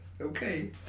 okay